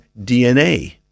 DNA